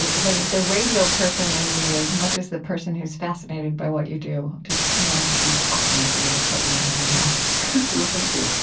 the the radio person in me, as much as the person who's fascinated by what you do, just wanted to be talking to you, and get you on the radio well, thank you.